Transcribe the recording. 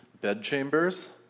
bedchambers